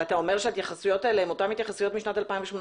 ואתה אומר שההתייחסויות האלה הן אותן התייחסויות משנת 2018,